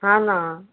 ആണോ